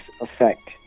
effect